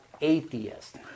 atheist